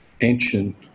ancient